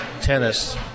tennis